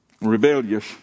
rebellious